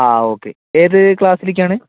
ആ ഒക്കെ ഏത് ക്ലാസ്സിലേക്ക് ആണ്